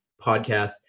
podcast